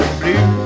blue